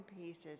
pieces